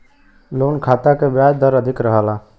loan खाता क ब्याज दर अधिक रहला